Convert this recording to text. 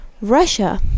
Russia